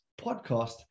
podcast